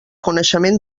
coneixement